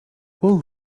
pull